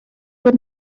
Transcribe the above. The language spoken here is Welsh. fod